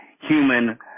human